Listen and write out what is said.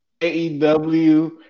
AEW